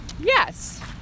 Yes